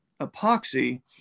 epoxy